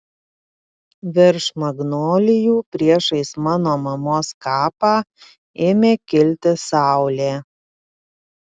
virš magnolijų priešais mano mamos kapą ėmė kilti saulė